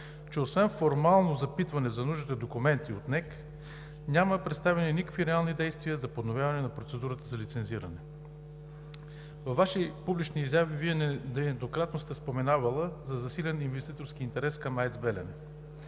че освен формално запитване за нужните документи от Националната електрическа компания няма представени никакви реални действия за подновяване на процедурата за лицензиране. Във Ваши публични изяви Вие нееднократно сте споменавали за засилен инвеститорски интерес към АЕЦ „Белене“.